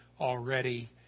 already